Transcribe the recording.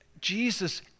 Jesus